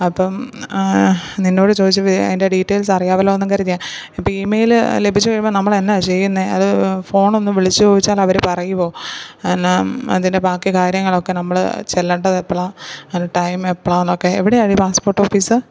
അപ്പം നിന്നോട് ചോദിച്ച് അതിൻ്റെ ഡീറ്റെയിൽസ് അറിയാമല്ലോ എന്നും കരുതിയാൽ ഇപ്പോൾ ഇമെയില് ലഭിച്ചു കഴിയുമ്പം നമ്മൾ എന്നാൽ ചെയ്യുന്നത് അത് ഫോണൊന്ന് വിളിച്ചു ചോദിച്ചാൽ അവർ പറയുമോ എന്നാൽ അതിൻ്റെ ബാക്കി കാര്യങ്ങളൊക്കെ നമ്മൾ ചെല്ലേണ്ടത് എപ്പോഴാന്നൊക്കെ അത് ടൈം എപ്പോഴാന്നൊക്കെ എവിടെയാടി ഈ പാസ്സ്പോർട്ട് ഓഫിസ്